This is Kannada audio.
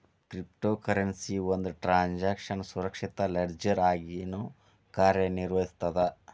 ಕ್ರಿಪ್ಟೊ ಕರೆನ್ಸಿ ಒಂದ್ ಟ್ರಾನ್ಸ್ನ ಸುರಕ್ಷಿತ ಲೆಡ್ಜರ್ ಆಗಿನೂ ಕಾರ್ಯನಿರ್ವಹಿಸ್ತದ